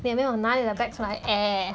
你有没有拿你的 bag 出来 air